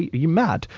you mad,